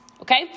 okay